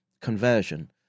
conversion